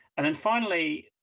and then finally,